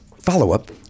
Follow-up